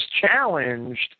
challenged